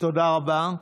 תודה רבה.